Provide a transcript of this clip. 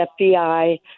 FBI